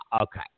okay